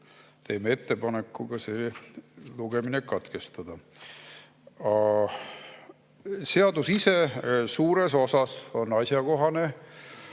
teeme ettepaneku ka see lugemine katkestada. Seadus ise on suures osas asjakohane,